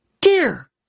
dear